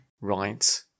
Right